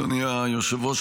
אדוני היושב-ראש,